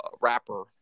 rapper